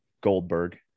Goldberg